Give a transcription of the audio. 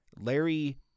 Larry